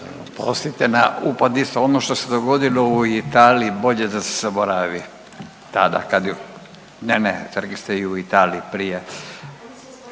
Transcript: Oprostite na upadici. Ono što se dogodilo u Italiji, bolje da se zaboravi tada, kad je, ne, ne, rekli ste i u Italiji, prije.